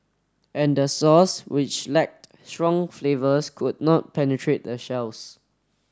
and the sauce which lacked strong flavours could not penetrate the shells